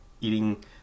eating